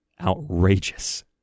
outrageous